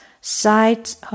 Sides